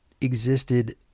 existed